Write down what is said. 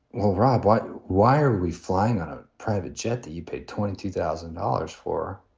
well, rob, what? why are we flying on a private jet that you paid twenty two thousand dollars for?